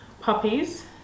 Puppies